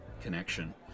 connection